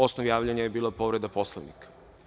Osnov javljanja je bila povreda Poslovnika.